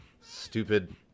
Stupid